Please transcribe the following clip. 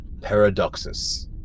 Paradoxus